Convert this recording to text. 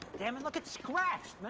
dammit, look, it's scratched,